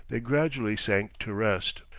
they gradually sank to rest.